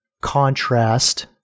contrast